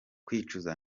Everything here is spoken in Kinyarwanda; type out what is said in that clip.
kwicuza